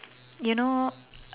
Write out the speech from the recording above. you know